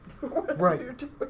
Right